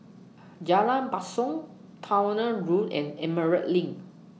Jalan Basong Towner Road and Emerald LINK